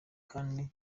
kandi